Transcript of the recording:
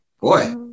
Boy